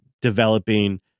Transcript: developing